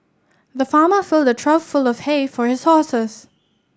the farmer filled a trough full of hay for his horses